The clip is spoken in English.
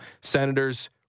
Senators